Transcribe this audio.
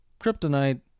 Kryptonite